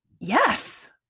Yes